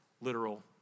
literal